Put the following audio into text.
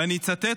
ואני אצטט,